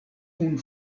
kun